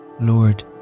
Lord